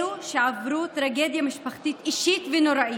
אלו שעברו טרגדיה משפחתית אישית ונוראית.